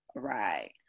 Right